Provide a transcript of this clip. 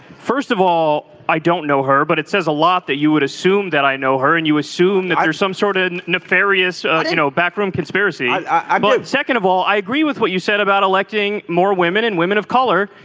first of all. i don't know her but it says a lot that you would assume that i know her and you assume that there's some sort of and nefarious you know backroom conspiracy. i i don't. second of all i agree with what you said about electing more women and women of color.